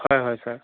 হয় হয় ছাৰ